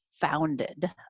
founded